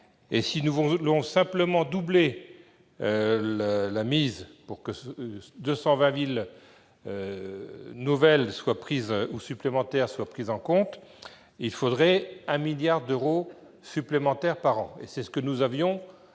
Si nous voulons simplement doubler la mise pour que quelque 220 villes supplémentaires soient prises en compte, il faudrait 1 milliard d'euros supplémentaire par an. C'est ce que nous avions